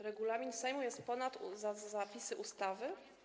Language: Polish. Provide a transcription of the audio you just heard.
Regulamin Sejmu jest ponad zapisy ustawy?